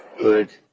Good